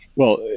well,